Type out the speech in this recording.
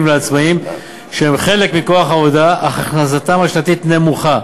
ולעצמאים שהם חלק מכוח העבודה אך הכנסתם השנתית נמוכה,